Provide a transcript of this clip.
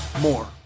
more